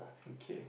okay